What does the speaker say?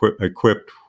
equipped